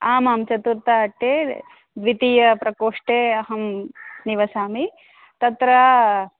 आमां चतुर्थ अट्टे द्वितीयप्रकोष्ठे अहं निवसामि तत्र